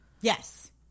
Yes